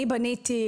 בזמנו בניתי,